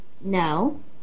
No